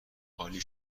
عالی